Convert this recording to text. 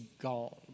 gone